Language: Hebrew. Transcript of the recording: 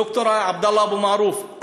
ד"ר עבדאללה אבו מערוף,